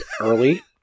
early